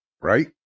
right